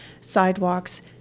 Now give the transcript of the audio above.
sidewalks